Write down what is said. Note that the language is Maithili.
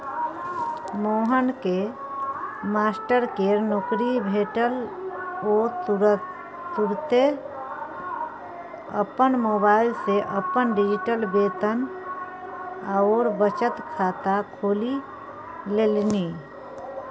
मोहनकेँ मास्टरकेर नौकरी भेटल ओ तुरते अपन मोबाइल सँ अपन डिजिटल वेतन आओर बचत खाता खोलि लेलनि